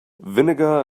vinegar